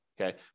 okay